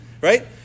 right